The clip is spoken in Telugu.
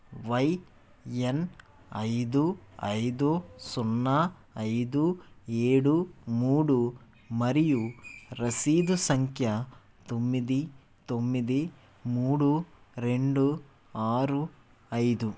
వైఎన్ ఐదు ఐదు సున్నా ఐదు ఏడు మూడు మరియు రసీదు సంఖ్య తొమ్మిది తొమ్మిది మూడు రెండు ఆరు ఐదు